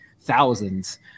thousands